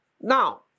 Now